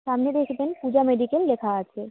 সামনে দেখবেন পূজা মেডিক্যাল লেখা আছে